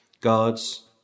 God's